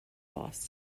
loss